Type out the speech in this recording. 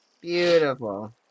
Beautiful